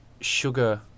sugar